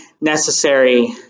necessary